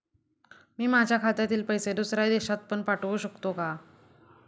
मी माझ्या खात्यातील पैसे दुसऱ्या देशात पण पाठवू शकतो का?